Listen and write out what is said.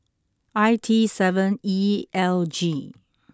I T seven E L G